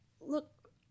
Look